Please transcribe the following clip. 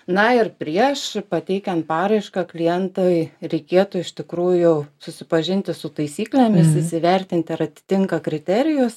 na ir prieš pateikiant paraišką klientui reikėtų iš tikrųjų susipažinti su taisyklėmis įsivertinti ar atitinka kriterijus